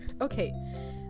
okay